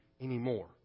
anymore